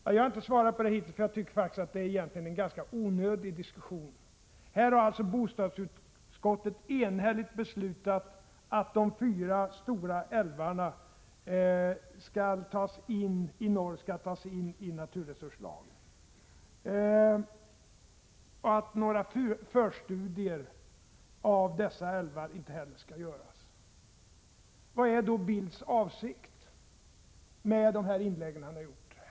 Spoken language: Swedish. Jag har inte svarat hittills, därför att jag tycker att det egentligen är en onödig diskussion. Här har bostadsutskottet enhälligt beslutat att de fyra stora älvarna i norr skall tas in i naturresurslagen och att några förstudier av dessa älvar inte skall göras. Vad är då Carl Bildts avsikt med de inlägg han har gjort i dag?